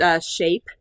shape